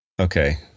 Okay